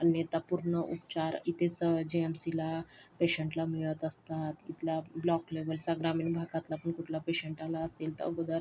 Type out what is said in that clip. अन्यथा पूर्ण उपचार इथेच जे एम सीला पेशंटला मिळत असतात इथला ब्लॉक लेव्हलचा ग्रामीण भागातला पण कुठला पेशंट आला असेल तर अगोदर